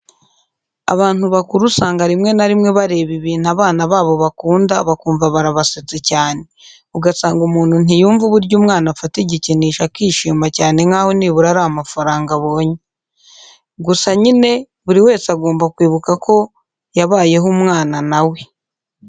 Abantu bakuru usanga rimwe na rimwe bareba ibintu abana babo bakunda bakumva barabasetse cyane. Ugasanga umuntu ntiyumva uburyo umwana afata igikinisho akishima cyane nk'aho nibura ari amafaranga abonye. Gusa nyine buri wese agomba kwibuka ko yabayeho umwana na we.